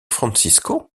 francisco